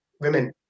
women